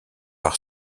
par